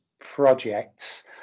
projects